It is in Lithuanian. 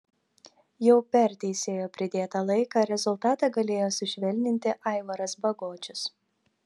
jau per teisėjo pridėtą laiką rezultatą galėjo sušvelninti aivaras bagočius